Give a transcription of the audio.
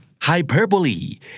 Hyperbole